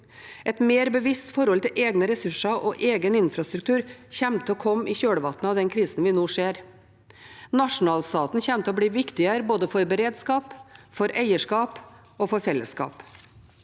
Et mer bevisst forhold til egne ressurser og egen infrastruktur kommer til å komme i kjølvannet av den krisen vi nå ser. Nasjonalstaten kommer til å bli viktigere, både for beredskap, for eierskap og for fellesskap.